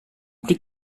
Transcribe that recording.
plus